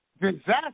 disaster